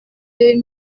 deux